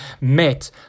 met